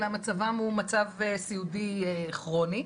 אלא מצבם הוא מצב סיעודי כרוני.